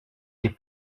les